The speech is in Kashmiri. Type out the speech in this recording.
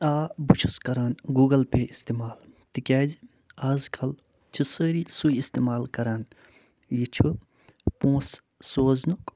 آ بہٕ چھُس کران گوٗگٕل پے اِستعمال تِکیٛازِ آز کَل چھِ سٲری سُے اِستعمال کران یہِ چھُ پونٛسہٕ سوزنُک